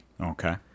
Okay